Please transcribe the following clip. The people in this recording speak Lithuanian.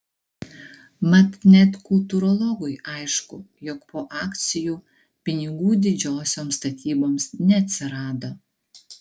mat net kultūrologui aišku jog po akcijų pinigų didžiosioms statyboms neatsirado